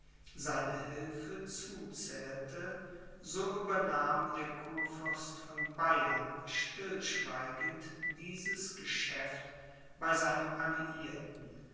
seine hilfe zuzählte so übernahm der kurfürst von bayern stillschweigend dieses geschäft bei seinem alliierten